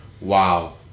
wow